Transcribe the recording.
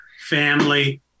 family